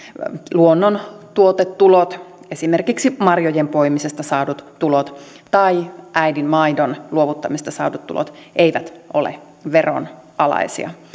luonnontuotetulot esimerkiksi marjojen poimimisesta saadut tulot tai äidinmaidon luovuttamisesta saadut tulot eivät ole veronalaisia